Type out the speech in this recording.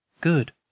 Good